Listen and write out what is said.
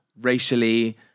Racially